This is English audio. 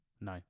No